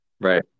Right